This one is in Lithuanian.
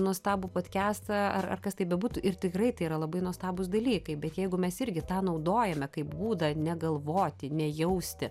nuostabų podkestą ar ar kas tai bebūtų ir tikrai tai yra labai nuostabūs dalykai bet jeigu mes irgi tą naudojame kaip būdą negalvoti nejausti